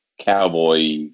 cowboy